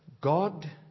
God